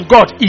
God